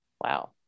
Wow